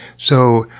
so,